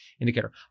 indicator